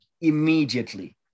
immediately